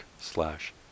slash